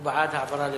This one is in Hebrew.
הוא בעד העברה לוועדה.